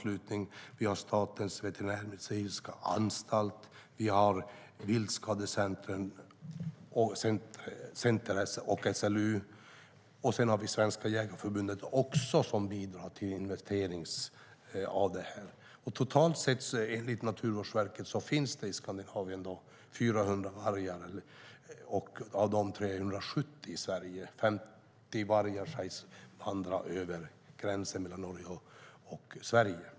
Vi har också Statens veterinärmedicinska anstalt, Viltskadecenter och SLU. Sedan har vi Svenska Jägareförbundet som bidrar i detta sammanhang. Enligt Naturvårdsverket finns det i Skandinavien 400 vargar. Av dem finns 370 i Sverige. 50 vargar sägs vandra över gränsen mellan Norge och Sverige.